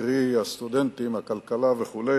קרי הסטודנטים, הכלכלה וכו'.